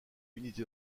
unité